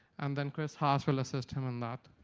and then chris haas will assist him in that.